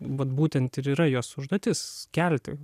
vat būtent ir yra jos užduotis kelti